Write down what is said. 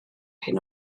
hyn